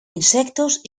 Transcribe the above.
insectos